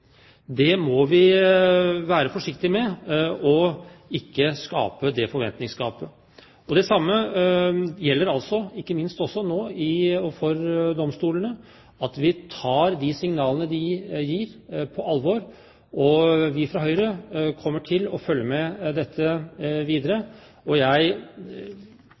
Det må vi være forsiktige med, og ikke skape det forventningsgapet. Det samme gjelder ikke minst også for domstolene, at vi tar de signalene de gir, på alvor. Vi fra Høyre kommer til å følge dette videre. Jeg